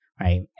Right